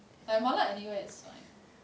like mala anywhere is fine